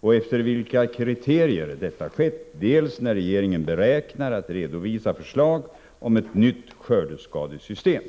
och efter vilka kriterier detta skett, dels när regeringen beräknar att redovisa förslag om ett nytt skördeskadesystem.